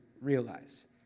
realize